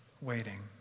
waiting